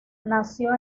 nació